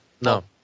no